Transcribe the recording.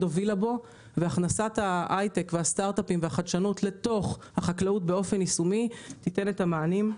והכנסת החדשנות באופן יישומי ייתנו את המענים.